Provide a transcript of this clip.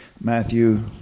Matthew